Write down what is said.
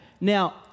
Now